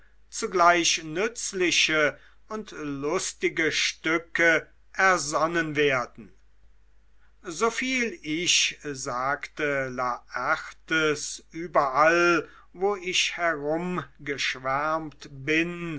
zugleich nützliche und lustige stücke ersonnen werden soviel ich sagte laertes überall wo ich herumgeschwärmt bin